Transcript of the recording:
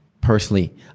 personally